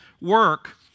work